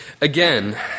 Again